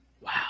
Wow